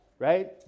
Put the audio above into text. right